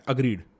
Agreed